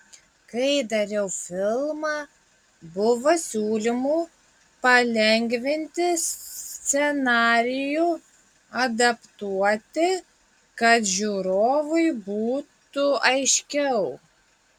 kai dariau filmą buvo siūlymų palengvinti scenarijų adaptuoti kad žiūrovui būtų aiškiau